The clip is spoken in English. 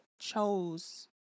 chose